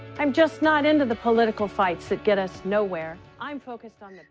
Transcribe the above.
i'm just not into the political fights that get us nowhere i'm focused on it,